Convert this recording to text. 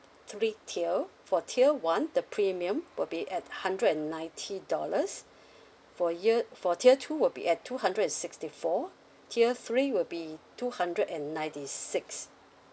three tier for tier one the premium would be at hundred and ninety dollars for year for tier two would be at two hundred and sixty four tier three will be two hundred and ninety six